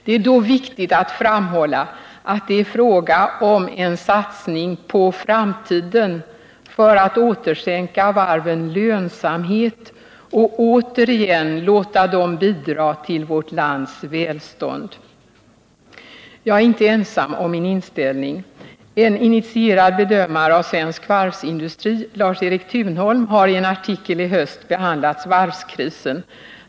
Det är då viktigt att framhålla att det är fråga om en satsning på framtiden för att återskänka varven lönsamhet och återigen låta dem bidra till vårt lands välstånd. Jag är inte ensam om min inställning. En initierad bedömare av svensk varvsindustri, Lars-Erik Thunholm, har i en artikel i höst behandlat varvskrisen.